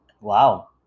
Wow